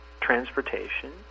transportation